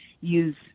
use